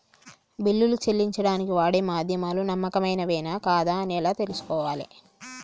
బిల్లులు చెల్లించడానికి వాడే మాధ్యమాలు నమ్మకమైనవేనా కాదా అని ఎలా తెలుసుకోవాలే?